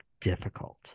difficult